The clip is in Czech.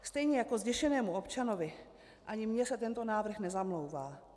Stejně jako zděšenému občanovi, ani mně se tento návrh nezamlouvá.